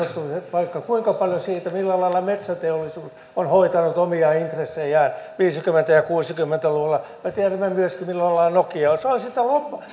vaikka kuinka paljon siitä millä lailla metsäteollisuus on hoitanut omia intressejään viisikymmentä ja kuusikymmentä luvuilla me tiedämme myöskin millä lailla nokia on se on sitä